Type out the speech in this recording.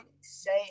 say